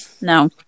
No